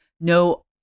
no